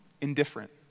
indifferent